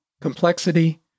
complexity